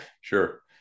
sure